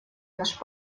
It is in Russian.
наш